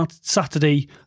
Saturday